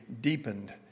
deepened